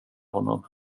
honom